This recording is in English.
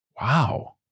Wow